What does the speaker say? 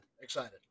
Excited